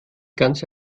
ganze